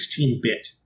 16-bit